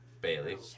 Bailey